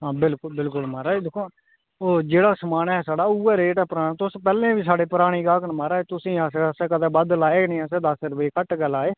हां बिलकुल बिलकुल महाराज दिक्खो हां ओह् जेह्ड़ा समान ऐ साढ़ा उ'ऐ रेह्दा पराना तुस पैह्लें बी साढ़ै पराने गाह्क महारजा तुसेंगी असें कदें बद्ध लाए नि असें दस रपेऽ घट्ट गै लाए